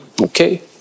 Okay